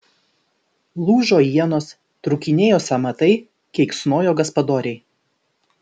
lūžo ienos trūkinėjo sąmatai keiksnojo gaspadoriai